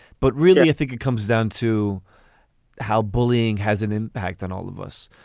but really, i think it comes down to how bullying has an impact on all of us.